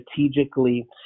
strategically